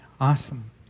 Awesome